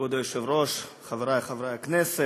כבוד היושב-ראש, חברי חברי הכנסת,